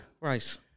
Right